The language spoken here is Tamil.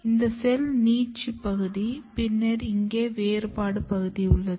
இது செல் நீட்சி பகுதி பின்னர் இங்கே வேறுபாடு பகுதி உள்ளது